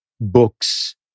books